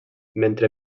mentre